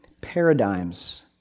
paradigms